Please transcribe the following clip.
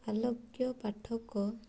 ଆଲୋକ୍ୟ ପାଠକ